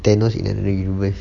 thanos in another universe